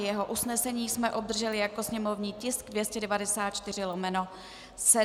Jeho usnesení jsme obdrželi jako sněmovní tisk 294/7.